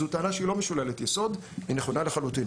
זו טענה שהיא לא משוללת יסוד - היא נכונה לחלוטין.